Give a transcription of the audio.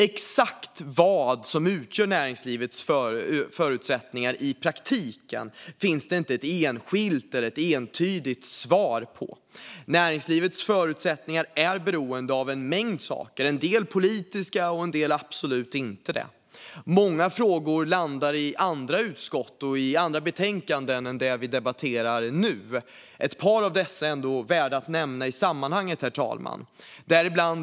Exakt vad som utgör näringslivets förutsättningar i praktiken finns det inte ett enkelt eller entydigt svar på. Näringslivets förutsättningar är beroende av en mängd saker. En del är politiska, andra absolut inte. Många frågor landar i andra utskott och i andra betänkanden än det vi nu debatterar. Ett par av dessa är värda att nämna.